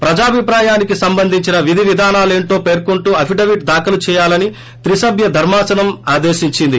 ప్రజాభిప్రాయానికి సంబంధించిన విధివిధానాలేంటో పేర్కొంటూ అఫిడవిట్ దాఖలుచేయాలని త్రిసభ్య ధర్మాసనం ఆదేశించింది